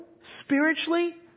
spiritually